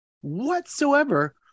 whatsoever